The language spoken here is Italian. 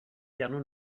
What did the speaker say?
piano